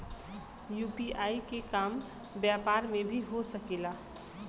UPI के काम व्यापार में भी हो सके ला?